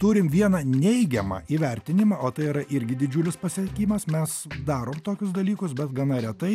turim vieną neigiamą įvertinimą o tai yra irgi didžiulis pasiegimas mes darom tokius dalykus bet gana retai